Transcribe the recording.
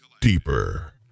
deeper